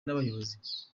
n’abayobozi